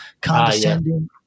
Condescending